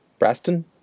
Braston